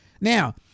Now